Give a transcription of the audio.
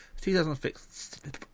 2006